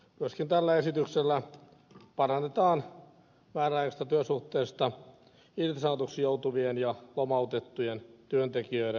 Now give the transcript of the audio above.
myöskin tällä esityksellä parannetaan määräaikaisesta työsuhteesta irtisanotuksi joutuvien ja lomautettujen työntekijöiden asemaa